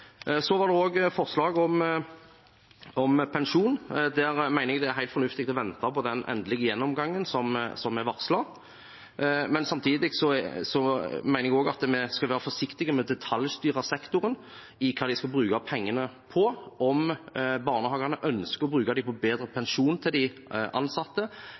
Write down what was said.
Så var det også forslag om pensjon. Der mener jeg det er fornuftig å vente på den endelige gjennomgangen, som er varslet, men samtidig mener jeg også at vi skal være forsiktige med å detaljstyre sektoren i hva de skal bruke pengene på. Om barnehagene ønsker å bruke pengene på bedre pensjon til de ansatte,